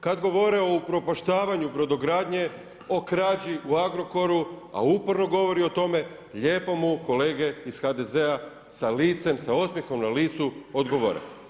Kad govore o upropaštavanju brodogradnje, o krađi u Agrokoru a uporno govori o tome, lijepo mu kolege iz HDZ-a sa licem, sa osmijehom na licu odgovore.